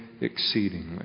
exceedingly